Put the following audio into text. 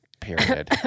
Period